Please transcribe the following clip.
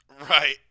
Right